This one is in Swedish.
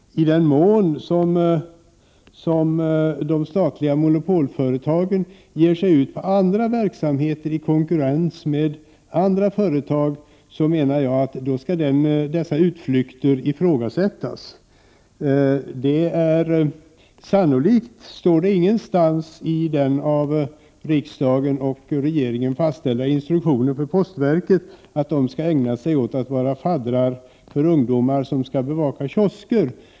I den mån de statliga monopolföretagen ger sig ut på andra verksamheter i konkurrens med andra företag skall dessa utflykter ifrågasättas, menar jag. Sannolikt står det ingenstans i den av riksdagen och regeringen fastställda instruktionen för postverket att det skall ägna sig åt fadderverksamhet med ungdomar som skall bevaka kiosker.